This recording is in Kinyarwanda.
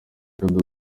afurika